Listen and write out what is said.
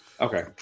Okay